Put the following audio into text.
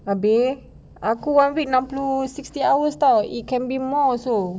habis aku one week enam puluh sixty hours style it can be more also